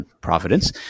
Providence